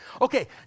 Okay